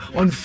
on